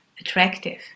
attractive